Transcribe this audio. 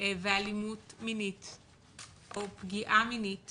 ואלימות מינית או פגיעה מינית